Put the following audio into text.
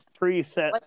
preset